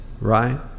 right